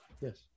Yes